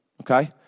Okay